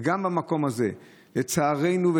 לצערנו,